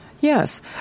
Yes